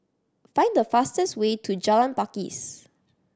find the fastest way to Jalan Pakis